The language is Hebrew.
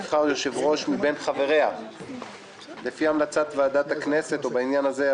הוועדה תבחר יושב-ראש מבין חבריה לפי המלצת ועדת הכנסת או בעניין הזה,